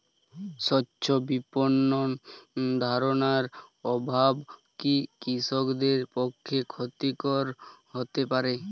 স্বচ্ছ বিপণন ধারণার অভাব কি কৃষকদের পক্ষে ক্ষতিকর হতে পারে?